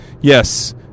Yes